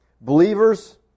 Believers